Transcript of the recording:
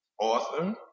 author